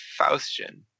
Faustian